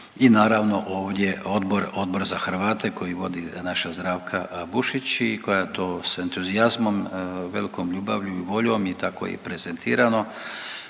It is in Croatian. i naravno ovdje odbor, Odbor za Hrvate koji vodi naša Zdravka Bušić i koja to s entuzijazmom, velikom ljubavlju i voljom i tako je i prezentirano